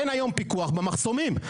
אין היום פיקוח במחסומים.